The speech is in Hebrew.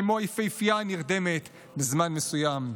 כמו היפהפייה הנרדמת, בזמן מסוים.